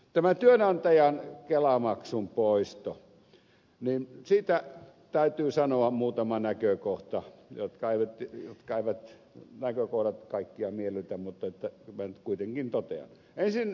tästä työnantajan kelamaksun poistosta täytyy sanoa muutama näkökohta jotka eivät kaikkia miellytä mutta minä nyt kuitenkin totean ne